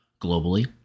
Globally